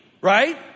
right